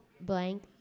blank